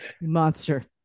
monster